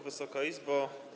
Wysoka Izbo!